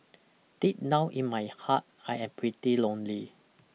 deep now in my heart I'm pretty lonely